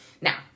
now